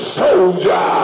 soldier